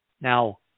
Now